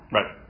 Right